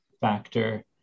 factor